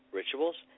rituals